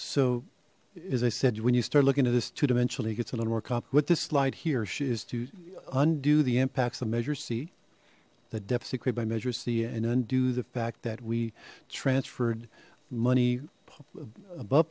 so as i said when you start looking at this two dimensional he gets a little more cop what this slide here she is to undo the impacts of measure c that depth secret by measures c and undo the fact that we transferred money above